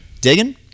Digging